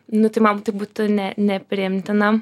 nu tai man tai būtų ne nepriimtina